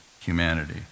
humanity